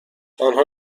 آنها